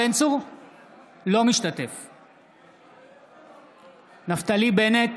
אינו משתתף בהצבעה נפתלי בנט,